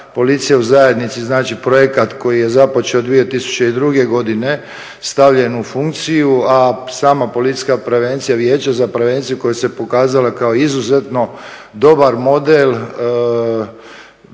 policija u zajednici, znači projekat koji je započeo 2002., godine stavljen u funkciju a sama policijska prevencija Vijeća za prevenciju koja se pokazala kao izuzetno dobar model